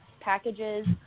packages